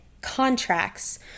contracts